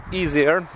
easier